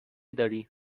داری